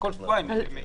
כל שבועיים ביום שלישי.